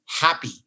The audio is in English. happy